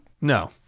No